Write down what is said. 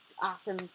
awesome